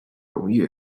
方面